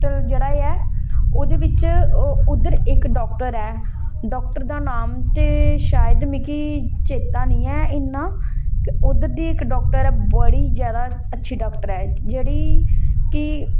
जेहड़ा ऐ ओहदे बिच उद्धर इक डाॅक्टर ऐ डाॅक्टर दा नाम ते शायद मिकी चेता नेईं ऐ इन्ना उद्धर दी इक डाॅक्टर ऐ बड़ी ज्यादा अच्छी डाॅक्टर ऐ जेहड़ी कि